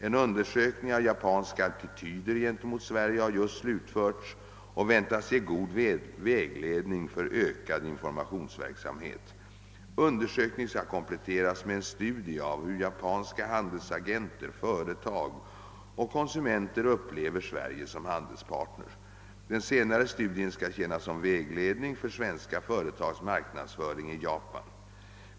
En undersökning av japanska attityder gentemot Sverige har just slutförts och väntas ge god vägledning för ökad informationsverksamhet. Undersökningen skall kompletteras med en studie av hur japanska handelsagenter, företag och konsumenter upplever Sverige som handelspartner. Den senare studien skall tjäna som vägledning för svenska företags marknadsföring i Japan.